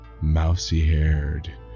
mousy-haired